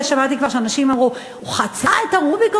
שמעתי כבר שאנשים אמרו: הוא חצה את הרוביקון,